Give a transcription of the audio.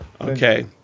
Okay